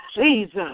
Jesus